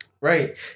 Right